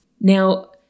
Now